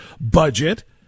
budget